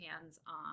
hands-on